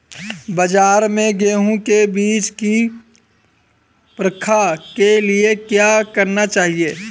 बाज़ार में गेहूँ के बीज की परख के लिए क्या करना चाहिए?